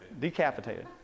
Decapitated